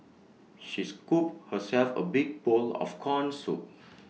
she scooped herself A big bowl of Corn Soup